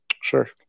Sure